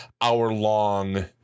hour-long